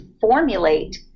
formulate